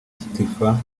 tiffah